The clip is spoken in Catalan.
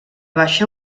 baixa